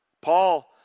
Paul